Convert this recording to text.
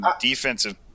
Defensive